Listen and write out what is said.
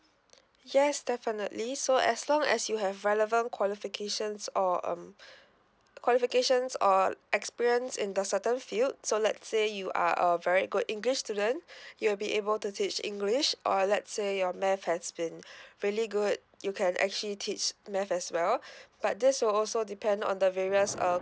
yes definitely so as long as you have relevant qualifications or um qualifications or experience in the certain field so let's say you are a very good english student you'll be able to teach english or let's say your math has been really good you can actually teach math as well but this will also depend on the various uh